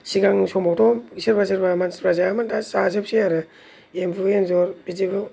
सिगां समावथ' सोरबा सोरबा मानसिफ्रा जायामोन दा जाजोबसै आरो एम्बु एनजर बिदिखौ